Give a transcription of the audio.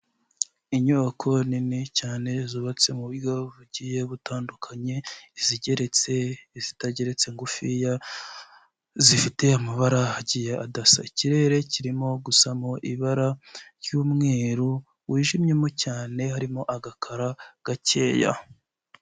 Inyubako nini cyane zubatse mu buryo bugiye butandukanye, izigeretse, izitageretse ngufiya zifite amabara agiye adasa, ikirere kirimo gusamo ibara ry'umweru wijimyemo cyane, harimo agakara gakeya.